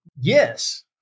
Yes